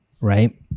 Right